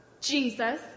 Jesus